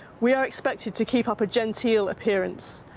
we are expected to keep up a genteel appearance.